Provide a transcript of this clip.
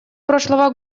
прошлого